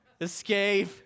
escape